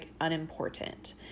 unimportant